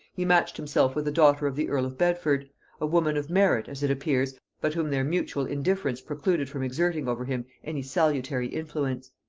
he matched himself with a daughter of the earl of bedford a woman of merit, as it appears, but whom their mutual indifference precluded from exerting over him any salutary influence.